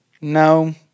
No